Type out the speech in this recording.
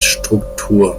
struktur